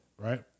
right